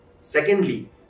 Secondly